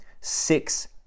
Six